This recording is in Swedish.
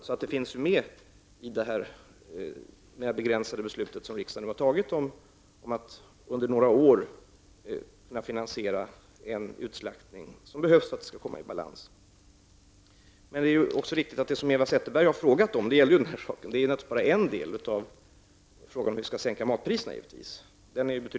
Detta finns alltså med i det begränsade beslut som riksdagen har fattat om att under några år kunna finansiera den utslaktning som behövs för att vi skall få till stånd en balans. Men det är naturligtvis riktigt att det som Eva Zetterbergs nu har fråga om gäller en del av den betydligt större frågan om en sänkning av matpriserna.